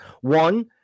one